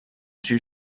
due